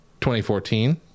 2014